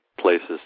places